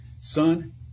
Son